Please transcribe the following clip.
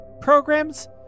programs